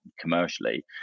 commercially